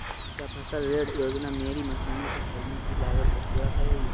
क्या फसल ऋण योजना मेरी मशीनों को ख़रीदने की लागत को पूरा करेगी?